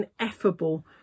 ineffable